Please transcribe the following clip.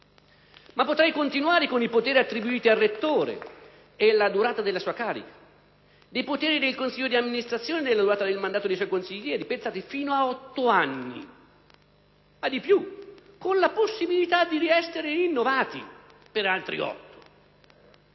Potrei continuare con i poteri attribuiti al rettore e la durata della sua carica, con i poteri del consiglio di amministrazione e la durata del mandato dei suoi consiglieri (pensate, fino a otto anni; di più, con la possibilità di essere rinnovati per altri otto).